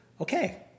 okay